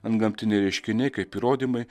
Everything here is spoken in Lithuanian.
antgamtiniai reiškiniai kaip įrodymai